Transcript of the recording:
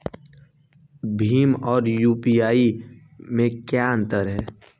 भीम और यू.पी.आई में क्या अंतर है?